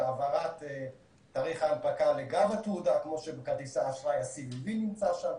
העברת תאריך ההנפקה לגב התעודה כמו שבכרטיס האשראי ה-CVV נמצא שם.